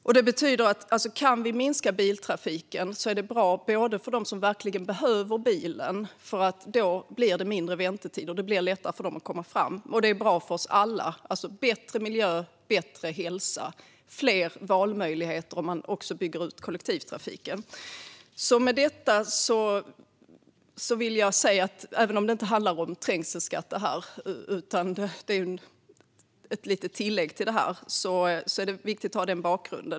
Om vi kan minska biltrafiken är det bra både för dem som verkligen behöver bilen, eftersom det då blir mindre väntetid och lättare för dem att komma fram, och för oss alla. Det blir bättre miljö och bättre hälsa. Valmöjligheterna blir dessutom fler om man också bygger ut kollektivtrafiken. Detta handlar inte om trängselskatt - det är ett litet tillägg till det här - men det är ändå viktigt att ha denna bakgrund.